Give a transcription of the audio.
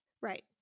right